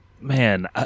Man